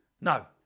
No